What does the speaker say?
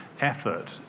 effort